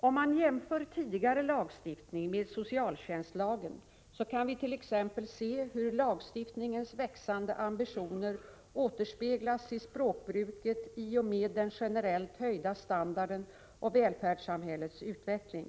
Om vi jämför tidigare lagstiftning med socialtjänstlagen, kan vi t.ex. se hur lagstiftarnas växande ambitioner återspeglas i språkbruket i och med den generellt höjda standarden och välfärdssamhällets utveckling.